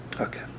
Okay